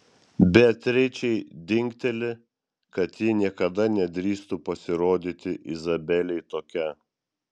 beatričei dingteli kad ji niekada nedrįstų pasirodyti izabelei tokia